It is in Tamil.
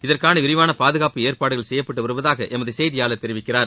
இதற்காக விரிவான பாதுகாப்பு ஏற்பாடுகள் செய்யப்பட்டு வருவதாக எமது செய்தியாளர் தெரிவிக்கிறார்